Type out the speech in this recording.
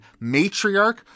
matriarch